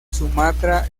sumatra